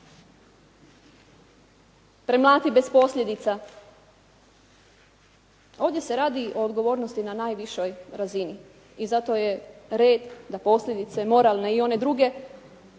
premlati bez posljedica, a ovdje se radi o odgovornosti na najvišoj razini i zato je red da posljedice moralne i one druge